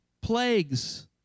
plagues